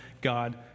God